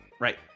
right